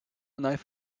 knife